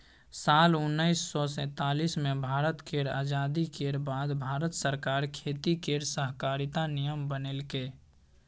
साल उन्नैस सय सैतालीस मे भारत केर आजादी केर बाद भारत सरकार खेती केर सहकारिता नियम बनेलकै